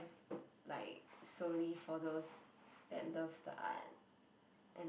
like slowly for those that love the art